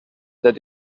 that